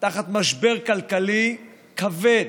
תחת משבר כלכלי כבד,